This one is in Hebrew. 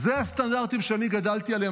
אלו הסטנדרטים שאני גדלתי עליהם,